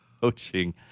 Coaching